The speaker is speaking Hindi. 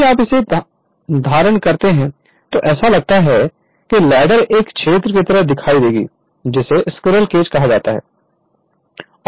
यदि आप इसे धारण करते हैं तो ऐसा लगता है कि लैडर एक क्षेत्र की तरह दिखाई देगी जिसे स्क्विरल केज कहा जाता है